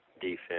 defense